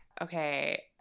Okay